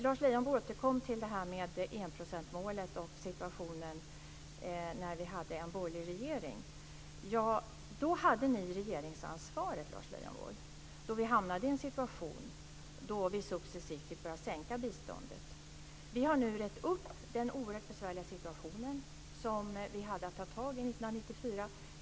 Lars Leijonborg återkommer till enprocentsmålet och situationen under den borgerliga regeringen. Då hade ni regeringsansvaret, Lars Leijonborg. Ni hamnade i en situation då ni successivt fick sänka biståndet. Vi har nu rett upp den oerhört besvärliga situationen som vi hade att ta tag i 1994.